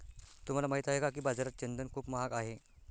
तुम्हाला माहित आहे का की बाजारात चंदन खूप महाग आहे?